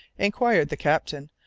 inquired the captain,